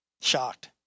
shocked